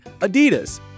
Adidas